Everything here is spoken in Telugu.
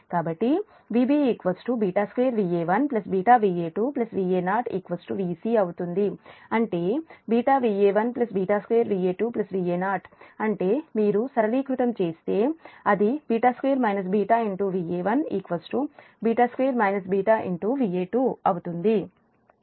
కాబట్టిVb β2 Va1 βVa2 Va0 Vc అంటే β Va1 β2 Va2 Va0 అంటే మీరు సరళీకృతం చేస్తే అది β2 βVa1 β2 β Va2 అవుతుంది